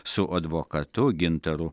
su advokatu gintaru